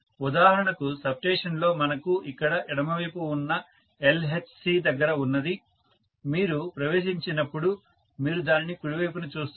ఉదాహరణకు సబ్స్టేషన్లో మనకు ఇక్కడ ఎడమ వైపున ఉన్న LHC దగ్గర ఉన్నది మీరు ప్రవేశించినప్పుడు మీరు దానిని కుడి వైపున చూస్తారు